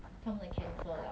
ya